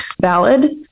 valid